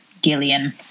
gillian